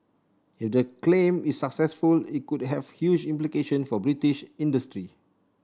if the claim is successful it could have huge implication for British industry